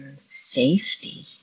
safety